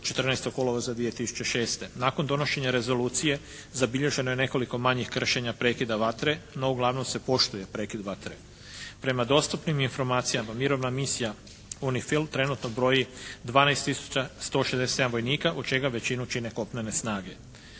14. kolovoza 2006. Nakon donošenja rezolucije zabilježeno je nekoliko manjih kršenja prekida vatre, no uglavnom se poštuje prekid vatre. Prema dostupnim informacijama Mirovna misija UNIFIL trenutno broji 12 tisuća 167 vojnika od čega većinu čine kopnene snage.